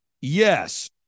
Yes